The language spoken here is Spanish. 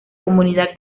comunidad